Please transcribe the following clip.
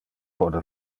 pote